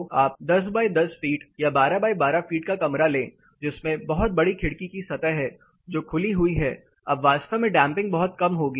तो आप 10 x 10 feet या 12 x 12 फीट का कमरा लें जिसमें बहुत बड़ी खिड़की की सतह है जो खुली हुई है तब वास्तव में डैंपिंग बहुत कम होगी